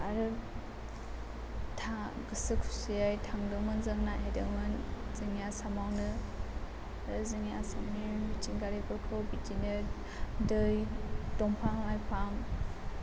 आरो गोसो खुसियै थांदोंमोन जों नायहैदोंमोन जोंनि आसामावनो आरो जोंनि आसामनि मिथिंगा बेफोरखौ बिदिनो दै दंफां लाइफां